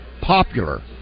popular